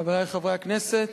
חברי חברי הכנסת,